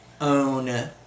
own